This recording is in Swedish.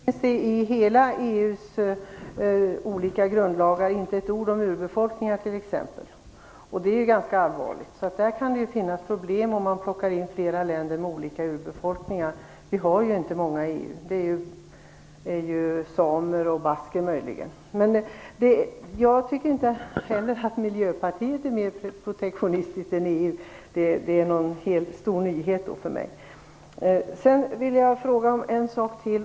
Fru talman! Vad gäller minoriteter vill jag säga att det t.ex. inte i någon av EU:s alla grundlagar finns ett ord om urbefolkningar. Det är ganska allvarligt. Det kan därför bli problem om man tar in flera länder med olika urbefolkningar. Det finns inte många sådana inom EU, möjligen bara samer och basker. Jag tycker inte heller att Miljöpartiet är mer protektionistiskt än EU. Det skulle vara en stor nyhet för mig. 1.